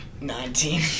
nineteen